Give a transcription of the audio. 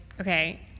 okay